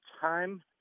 time